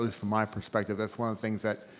least from my perspective that's one of the things that